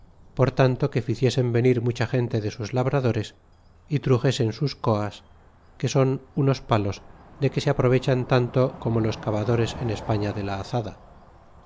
por tanto que ficiesen venir nula cha gente de sus labradores y trusesen sus coas que son unos palos de que se aprovechan tanto como los cabadores en es paila de la azada